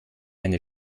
eine